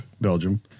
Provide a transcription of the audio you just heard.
Belgium